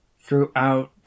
Throughout